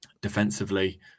defensively